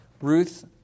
Ruth